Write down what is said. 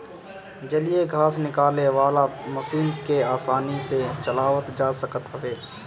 जलीय घास निकाले वाला मशीन के आसानी से चलावल जा सकत हवे